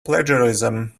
plagiarism